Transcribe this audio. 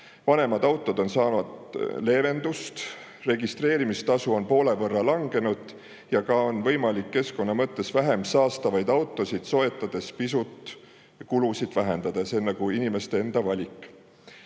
Vanemad autod on saanud leevendust, registreerimistasu on poole võrra langenud ja keskkonna mõttes vähem saastavaid autosid soetades on võimalik pisut kulusid vähendada – see on inimeste enda valik.